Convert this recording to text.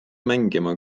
mängima